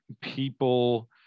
people